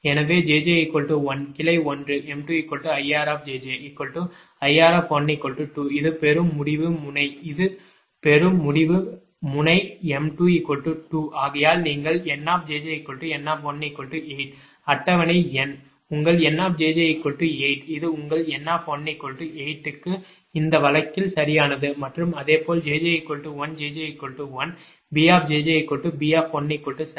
எனவே jj 1 கிளை 1 m2IRjjIR12 இது பெறும் முடிவு முனை இது இது பெறும் முடிவு முனை m2 2 ஆகையால் நீங்கள் njjN18 அட்டவணை N உங்கள் Njj8 இது உங்கள் N1 8 க்கு இந்த வழக்கில் சரியானது மற்றும் அதே போல் jj 1 jj1BjjB17